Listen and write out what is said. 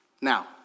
now